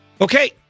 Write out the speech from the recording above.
Okay